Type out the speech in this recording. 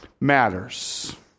matters